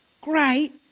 Great